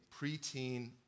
preteen